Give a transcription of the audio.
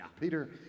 Peter